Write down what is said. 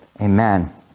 Amen